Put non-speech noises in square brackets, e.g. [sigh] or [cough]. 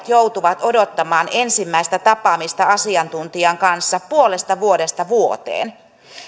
[unintelligible] joutuvat odottamaan ensimmäistä tapaamista asiantuntijan kanssa puolesta vuodesta vuoteen